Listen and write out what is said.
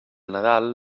nadal